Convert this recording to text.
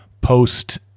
post